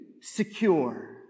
secure